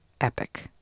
epic